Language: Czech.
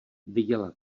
viděla